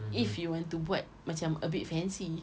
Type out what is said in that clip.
if you want to buat macam a bit fancy